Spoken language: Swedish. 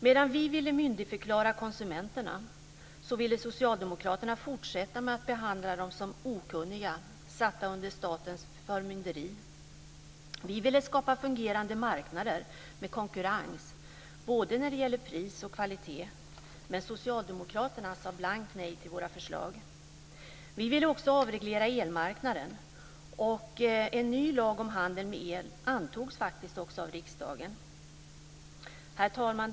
Medan vi ville myndigförklara konsumenterna ville Socialdemokraterna fortsätta med att behandla dem som okunniga, satta under statens förmynderi. Vi vill skapa fungerande marknader med konkurrens både när det gällde pris och kvalitet. Men Socialdemokraterna sade blankt nej till våra förslag. Vi ville också avreglera elmarknaden. En ny lag om handel med el antogs faktiskt också av riksdagen. Herr talman!